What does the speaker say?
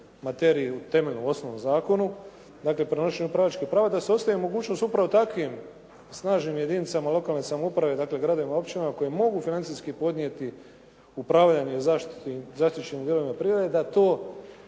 materiji u temeljnom, osnovnom zakonu, dakle prenošenje upravljačkih prava, da se ostavi mogućnost upravo takvim snažnim jedinicama lokalne samouprave, dakle gradovima, općinama koje mogu financijski podnijeti upravljanje zaštićenih dijelova prirode, da to